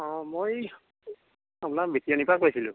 অ মই আপোনাৰ মিটিয়ণীৰ পৰা কৈছিলোঁ